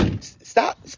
Stop